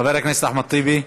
חבר הכנסת אחמד טיבי,